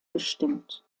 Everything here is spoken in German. gestimmt